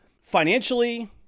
Financially